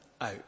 out